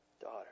daughter